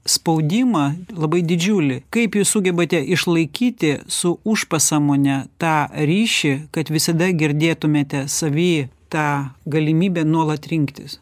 spaudimą labai didžiulį kaip jūs sugebate išlaikyti su užpasąmone tą ryšį kad visada girdėtumėte savy tą galimybę nuolat rinktis